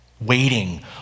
waiting